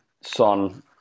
Son